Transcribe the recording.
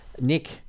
Nick